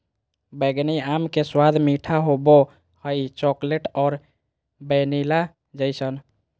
बैंगनी आम के स्वाद मीठा होबो हइ, चॉकलेट और वैनिला जइसन